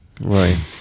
Right